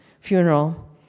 funeral